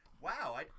Wow